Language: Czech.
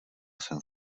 jsem